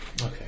Okay